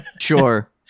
Sure